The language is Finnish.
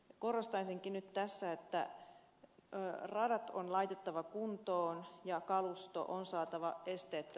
korostaisinkin nyt tässä että radat on laitettava kuntoon ja kalusto on saatava pisteitä